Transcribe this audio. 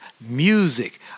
music